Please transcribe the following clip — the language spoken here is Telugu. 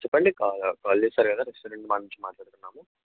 చెప్పండి కాల్ చేసారు కదా రెస్టారెంట్ నుంచి మాట్లాడుతున్నాము